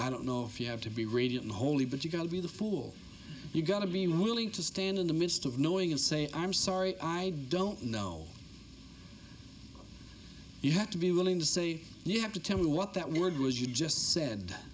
i don't know if you have to be radiant holy but you've got to be the fool you've got to be willing to stand in the midst of knowing and say i'm sorry i don't know you have to be willing to say you have to tell me what that word was you just said